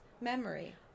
memory